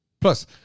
Plus